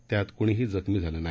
त्यात कृणीही जखमी झालं नाही